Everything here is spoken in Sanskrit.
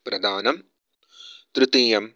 प्रदानं तृतीयं